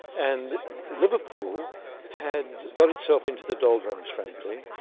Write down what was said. and liverpool had got itself into the doldrums, frankly.